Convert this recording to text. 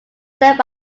served